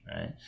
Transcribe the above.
right